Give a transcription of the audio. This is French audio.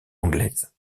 anglaise